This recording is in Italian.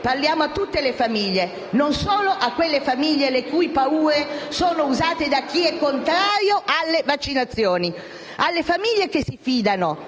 Parliamo a tutte le famiglie, non solo a quelle famiglie le cui paure sono usate da chi è contrario alle vaccinazioni. Vogliamo